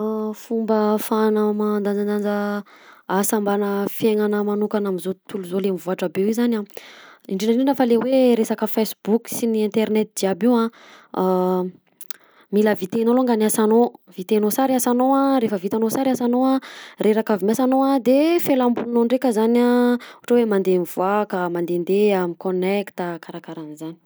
Fomba afahana madanjalanja asa mbana fiaignana magnokana amin'izao tontolo zao le mivaotra be io zany indrindra indrindra fa le hoe resaka facebook, sy ny internet jiaby io mila vitaina longany ny asanao vitainao sara asanao rehefa vitanao sara asanao a reraka avy miasa anao de felambolinao ndreka zany ohatra hoe mandeha mivoaka, mandedeha, miconnecte a karaha kara an'zany.